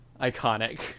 iconic